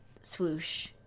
swoosh